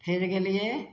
फेर गेलियै